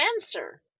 answer